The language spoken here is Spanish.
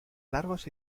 largos